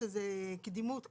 יש איזו קדימות כזאת.